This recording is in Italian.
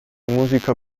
musica